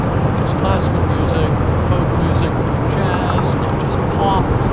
not just classical music, not folk music, not jazz, not just pop.